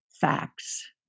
facts